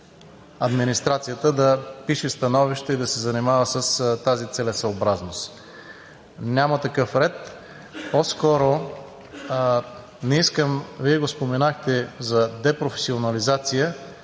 администрацията да пише становища и да се занимава с тази целесъобразност. Няма такъв ред. Не искам – Вие го споменахте, за депрофесионализация